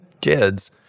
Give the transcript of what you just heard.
kids